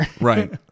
Right